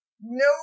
no